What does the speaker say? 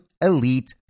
elite